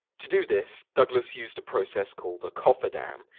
to do this, douglas used a process called a cofferdam,